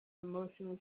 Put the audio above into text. emotionally